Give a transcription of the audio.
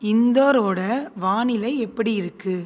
இந்தோரோடய வானிலை எப்படி இருக்கு